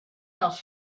als